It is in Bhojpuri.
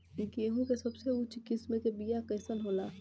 गेहूँ के सबसे उच्च किस्म के बीया कैसन होला?